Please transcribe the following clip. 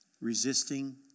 resisting